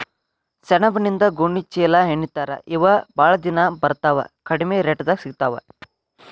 ಸೆಣಬಿನಿಂದ ಗೋಣಿ ಚೇಲಾಹೆಣಿತಾರ ಇವ ಬಾಳ ದಿನಾ ಬರತಾವ ಕಡಮಿ ರೇಟದಾಗ ಸಿಗತಾವ